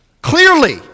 Clearly